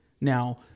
now